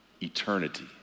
Eternity